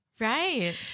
Right